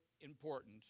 important